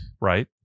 right